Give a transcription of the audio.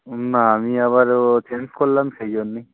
না আমি আবার ও চেঞ্জ করলাম সেই জন্যই